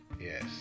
yes